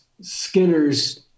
skinner's